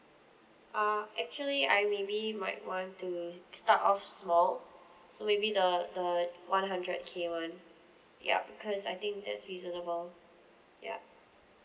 uh actually I maybe might want to start off small so maybe the the one hundred K one yup because I think that's reasonable yup